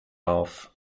auf